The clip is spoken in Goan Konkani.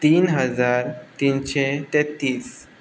तीन हजार तिनशे तेत्तीस